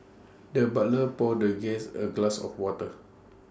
the butler poured the guest A glass of water